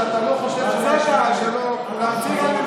ואמרת שאתה לא חושב שמהישיבה שלו כולם שומרים את השבת.